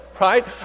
right